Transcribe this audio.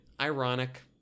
ironic